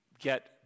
get